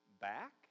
back